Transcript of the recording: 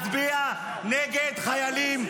אתה צבוע, אתה צבוע, הצביע נגד החיילים,